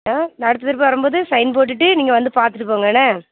ஆ நான் அடுத்த ட்ரிப் வரும்போது சைன் போட்டுவிட்டு நீங்கள் வந்து பார்த்துட்டு போங்க என்ன